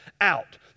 out